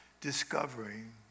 discovering